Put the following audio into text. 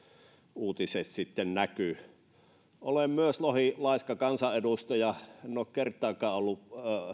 uutiset näkyvät olen myös lohi laiska kansanedustaja en ole kertaakaan ollut